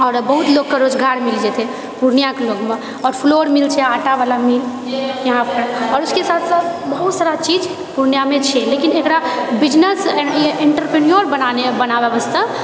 आओर बहुतलोगके रोजगार मिल जेतए पूर्णियाँके लोगमे आओर फ्लोर मिलैत छै आँटा वाला मिल यहाँ पर आओर उसके साथ साथ बहुत सारा चीज पूर्णियाँमे छै लेकिन एकरा बिजनेस एन्ट्राप्रेन्योर बनाने बनाबए वास्ते